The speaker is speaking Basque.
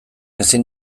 ezin